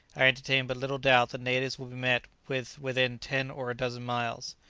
i entertain but little doubt that natives will be met with within ten or a dozen miles.